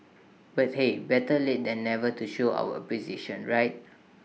but hey better late than never to show our appreciation right